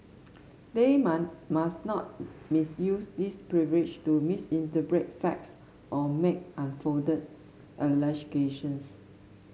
they must not misuse this privilege to misrepresent facts or make unfounded allegations